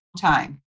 time